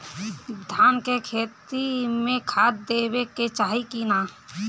धान के खेती मे खाद देवे के चाही कि ना?